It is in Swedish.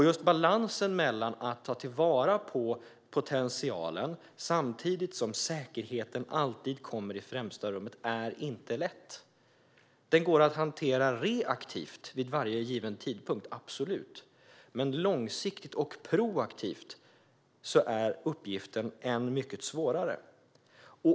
Just balansen mellan att ta vara på potentialen samtidigt som säkerheten alltid kommer i första rummet är inte lätt. Den går att hantera reaktivt vid varje given tidpunkt, absolut, men långsiktigt och proaktivt är uppgiften mycket svårare.